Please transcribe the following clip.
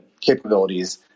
capabilities